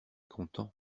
content